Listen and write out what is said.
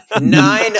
Nine